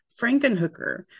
Frankenhooker